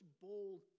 bold